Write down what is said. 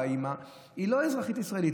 או האימא היא לא אזרחית ישראלית,